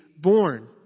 born